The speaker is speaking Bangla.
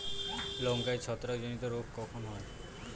লঙ্কায় ছত্রাক জনিত রোগ কখন হয়?